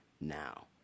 now